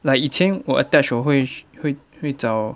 like 以前我 attach 我会会会找